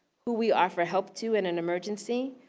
who we offer help to in an emergency,